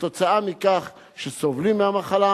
כתוצאה מכך שסובלים מהמחלה,